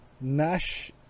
Nash